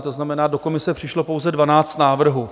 To znamená, do komise přišlo pouze 12 návrhů.